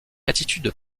attitude